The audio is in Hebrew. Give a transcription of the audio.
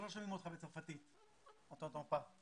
יש עכשיו פוטנציאל מצרפת של 50,000 לפחות בשלוש-ארבע השנים הבאות.